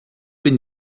been